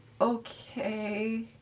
Okay